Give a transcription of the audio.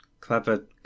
Clever